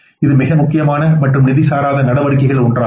இது மிக முக்கியமான மற்றும் நிதி சாராத நடவடிக்கைகளில் ஒன்றாகும்